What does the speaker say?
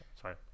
sorry